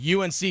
UNC